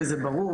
וזה ברור.